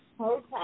Okay